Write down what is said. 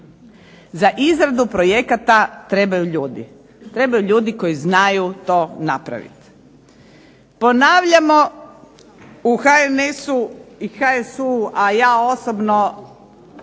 Za izradu projekata trebaju ljudi. Trebaju ljudi koji znaju to napraviti. Ponavljamo u HNS-u i HSU-u, a ja osobno